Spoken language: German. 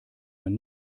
man